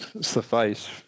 suffice